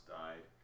died